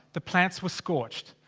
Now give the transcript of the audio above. the plants were scorched.